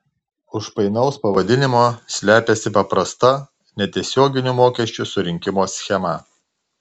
už painaus pavadinimo slepiasi paprasta netiesioginių mokesčių surinkimo schema